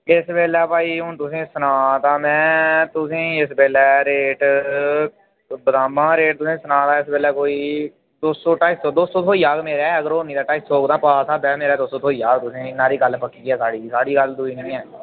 इस बेल्लै भई हून तुसेंगी सनां तां मै तुसेंगी इस बेल्लै रेट बदामां दा रेट तुसेंगी सनां तां इस बेल्लै कोई दो सौ ढाई सौ दो सौ थ्होई जाह्ग नेईं ते होने ढाई सौ पाऽ स्हाबेे दो सौ थ्होई जाह्ग तुसेंगी मेरे स्हाबें गल्ल पक्की ऐ साढी साढ़ी गल्ल दूई नि ऐ